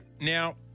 Now